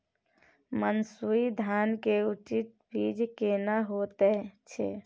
मन्सूरी धान के उन्नत बीज केना होयत छै?